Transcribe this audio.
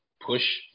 Push